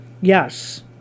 Yes